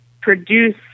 produce